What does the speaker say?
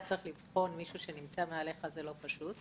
צריך לבחון מישהו שנמצא מעליך זה לא פשוט,